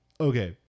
Okay